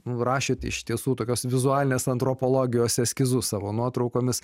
nu rašėt iš tiesų tokios vizualinės antropologijos eskizus savo nuotraukomis